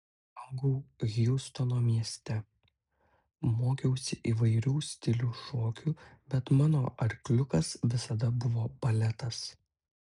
augau hjustono mieste mokiausi įvairių stilių šokių bet mano arkliukas visada buvo baletas